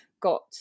got